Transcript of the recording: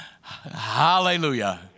Hallelujah